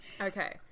Okay